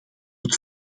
het